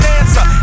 answer